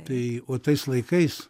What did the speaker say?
tai o tais laikais